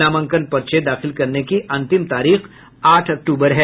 नामांकन पर्चे दाखिल करने की अंतिम तारीख आठ अक्टूबर है